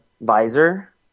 visor